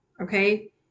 Okay